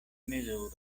mezuro